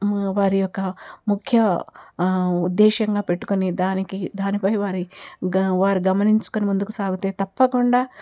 వారి యొక్క ముఖ్య ఉద్దేశంగా పెట్టుకొని దానికి దానిపై వారి గ వారు గమనించుకొని ముందుకు సాగితే తప్పకుండా